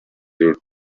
your